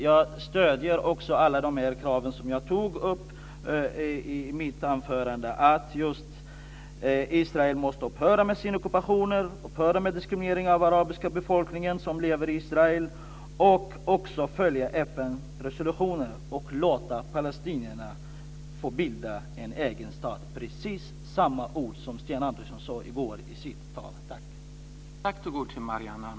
Jag stöder också alla de krav som jag tog upp i mitt anförande, att Israel måste upphöra med sina ockupationer, upphöra med diskriminering av den arabiska befolkningen som lever i Israel och följa FN-resolutioner och låta palestinierna få bilda en egen stat, precis samma ord som Sten Andersson använde i går i sitt tal.